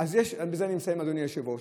בזה אני מסיים, אדוני היושב-ראש.